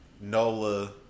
Nola